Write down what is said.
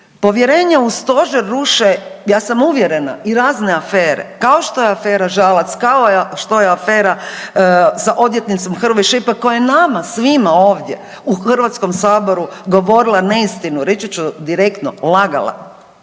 Povjerenje u stožer ruše, ja sam uvjerena, i razne afere, kao što je afera Žalac, kao što je afera sa odvjetnicom Hrvoj Šipek koja je nama svima ovdje u HS govorila neistinu, reći ću direktno, lagala.